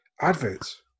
Adverts